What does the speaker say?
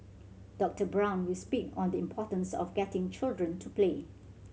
Doctor Brown will speak on the importance of getting children to play